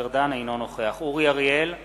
אינו נוכח אורי אריאל,